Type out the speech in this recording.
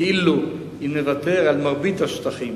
כאילו אם נוותר על מרבית השטחים